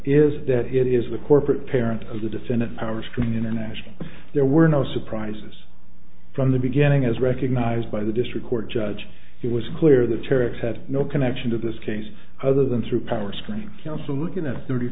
is that it is the corporate parent of the defendant power screaming in a national there were no surprises from the beginning as recognized by the district court judge it was clear the cherrix had no connection to this case other than through power strength counsel looking at thirty